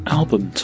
album